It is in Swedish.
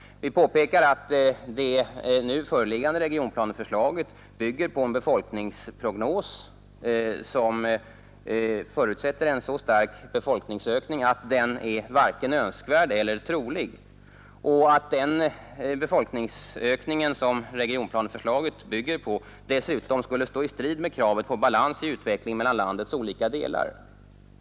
Vi påpekar att det nu föreliggande regionplaneförslaget bygger på en befolkningsprognos som förutsätter en så stark befolkningsök ning att den varken är önskvärd eller trolig och att den befolkningsökning som regionplaneförslaget bygger på dessutom skulle stå i strid med kravet på balans i utvecklingen mellan landets olika delar.